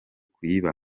kuyiba